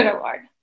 Award